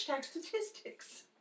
statistics